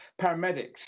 paramedics